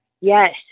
Yes